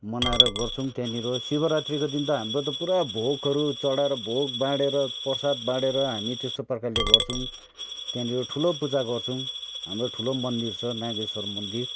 मनाएर गर्छौँ त्यहाँनिर शिवरात्रिको दिन त हाम्रो त पुरा भोकहरू चढाएर भोक बाँडेर प्रसाद बाँडेर हामी त्यस्तो प्रकारले गर्छौँ त्यहाँनिर ठुलो पूजा गर्छौँ हाम्रो ठुलो मन्दिर छ नागेश्वर मन्दिर